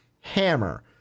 Hammer